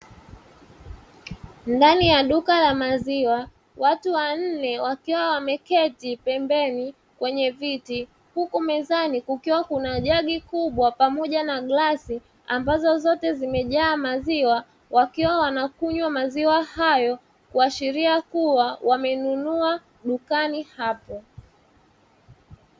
Ndani ya duka la maziwa, watu wanne wakiwa wameketi pembeni kwenye viti, huku mezani kukiwa kuna jagi kubwa pamoja na glasi ambazo zote zimejaa maziwa, wakiwa wanakunywa maziwa hayo kuashiria kuwa wamenunua dukani hapo.